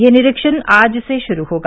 यह निरीक्षण आज से शुरू होगा